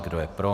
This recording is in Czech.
Kdo je pro?